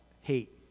hate